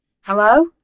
Hello